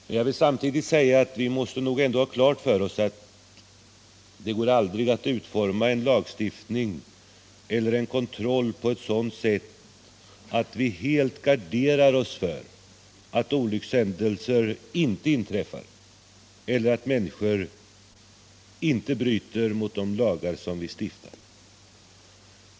Men jag vill samtidigt säga att vi måste ha klart för oss att det inte går att utforma en lagstiftning eller kontroll på ett sådant sätt att vi helt garderar oss mot att olyckshändelser inträffar eller att människor bryter mot de lagar som vi stiftar.